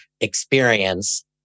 experience